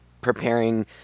preparing